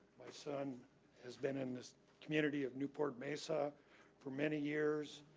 my son has been in this community of newport-mesa for many years